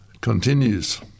continues